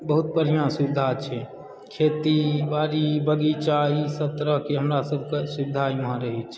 बहुत बढ़िआँ सुविधा छै खेती बाड़ी बगीचा ईसभ तरहकेँ हमरा सभकेँ सुविधा एहिठमा रहैत छै